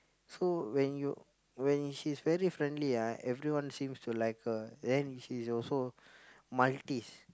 so when you when she's very friendly ah everyone seems to like her and she's also Maltese